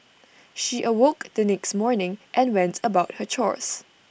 she awoke the next morning and went about her chores